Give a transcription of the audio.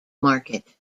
market